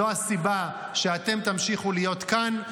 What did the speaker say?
זו הסיבה שאתם תמשיכו להיות כאן,